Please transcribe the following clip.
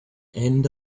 end